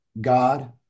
God